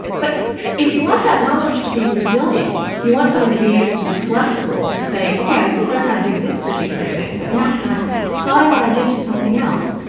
but if you want that knowledge to be resilient, if you want someone to be able to be flexible, to say, ok, i didn't learn how to do this particular thing, but now can i apply what i did to something else,